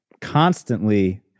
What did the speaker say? constantly